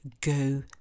Go